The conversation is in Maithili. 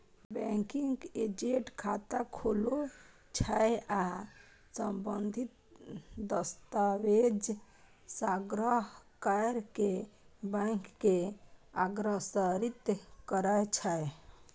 बैंकिंग एजेंट खाता खोलै छै आ संबंधित दस्तावेज संग्रह कैर कें बैंक के अग्रसारित करै छै